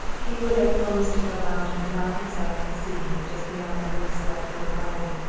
he would have promised to go out and drown himself in the sea, just beyond the wind-swept little garden,